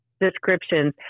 descriptions